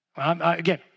Again